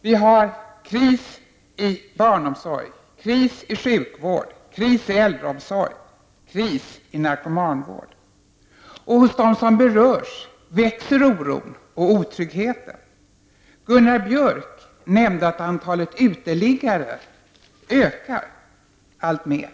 Vi har kris i barnomsorgen, kris i sjukvården, kris i äldreomsorgen, kris i narkomanvården. Hos dem som berörs växer oron och otryggheten. Gunnar Björk nämnde att antalet uteliggare ökar alltmer.